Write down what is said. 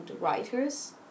writers